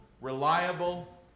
reliable